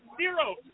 zero